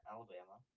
Alabama